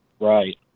Right